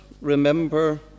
remember